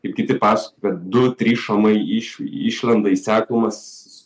ir kiti pasakoja du trys šamai iš išlenda į seklumas